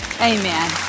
Amen